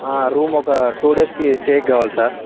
room ఒక two డేస్కి స్టేకి కావాలి సార్